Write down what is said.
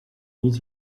nic